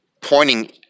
pointing